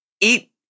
eat